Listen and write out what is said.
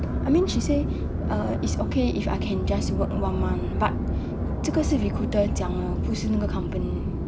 I mean she say uh it's okay if I can just work one month but 这个是 recruiter 讲的不是那个 company